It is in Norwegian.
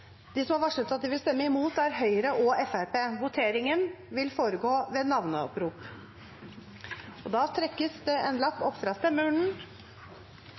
De Grønne og Rødt. De som har varslet at de vil stemme imot, er Høyre og Fremskrittspartiet. Voteringen vil foregå ved